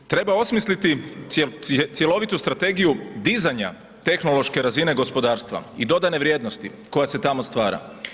Drugo, treba osmisliti cjelovitu strategiju dizanja tehnološke razine gospodarstva i dodane vrijednosti koja se tamo stvara.